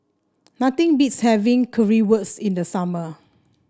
nothing beats having Currywurst in the summer